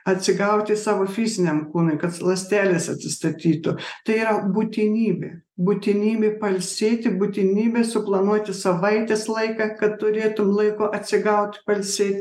atsigauti savo fiziniam kūnui kad ląstelės atsistatytų tai yra būtinybė būtinybė pailsėti būtinybė suplanuoti savaitės laiką kad turėtum laiko atsigaut pailsėt